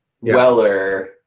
Weller